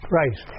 right